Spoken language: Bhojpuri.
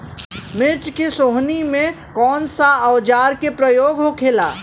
मिर्च के सोहनी में कौन सा औजार के प्रयोग होखेला?